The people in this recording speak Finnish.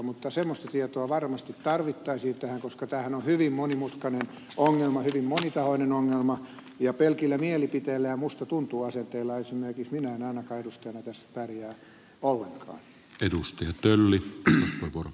mutta semmoista tietoa varmasti tarvittaisiin koska tämähän on hyvin monimutkainen ongelma hyvin monitahoinen ongelma ja pelkillä mielipiteillä ja musta tuntuu asenteella esimerkiksi minä en ainakaan edustajana tässä pärjää ollenkaan